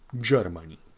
Germany